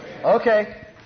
Okay